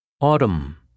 Autumn